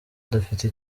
dufite